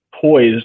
poised